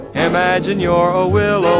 imagine your oh, well,